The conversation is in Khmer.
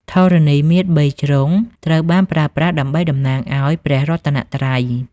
ធរណីមាត្របីជ្រុង ត្រូវបានប្រើប្រាស់ដើម្បីតំណាងឱ្យ ព្រះរតនៈត្រៃ។